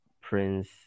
Prince